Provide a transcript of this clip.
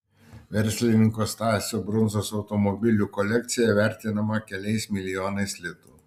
verslininko stasio brundzos automobilių kolekcija vertinama keliais milijonais litų